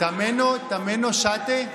תּמֵנוֹ שֵׁטֵה.